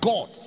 God